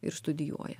ir studijuoja